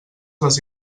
les